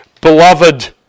Beloved